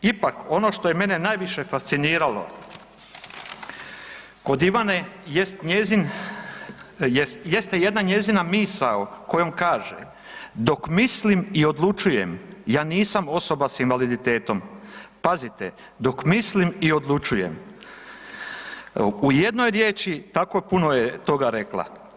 Ipak ono što je mene najviše fasciniralo kod Ivane jest njezin, jest, jeste jedna njezina misao kojom kaže „dok mislim i odlučujem ja nisam osoba s invaliditetom“, pazite, dok mislim i odlučujem, u jednoj riječi tako puno je toga rekla.